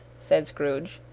said scrooge.